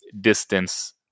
distance